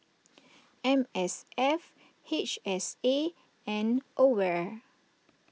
M S F H S A and Aware